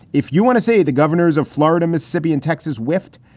if you want to say the governors of florida, mississippi and texas whiffed.